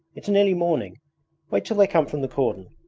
it's nearly morning wait till they come from the cordon.